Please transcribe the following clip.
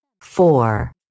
Four